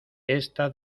esta